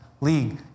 league